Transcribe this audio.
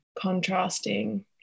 contrasting